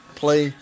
play